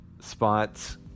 spots